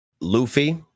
Luffy